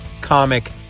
comic